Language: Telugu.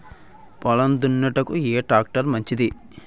పొలం దున్నుటకు ఏ ట్రాక్టర్ మంచిది?